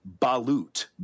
balut